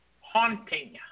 Haunting